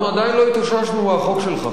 אנחנו עדיין לא התאוששנו מהחוק שלך,